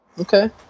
Okay